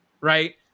right